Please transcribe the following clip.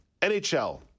NHL